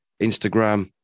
instagram